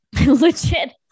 Legit